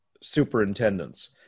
superintendents